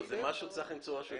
למצוא משהו יותר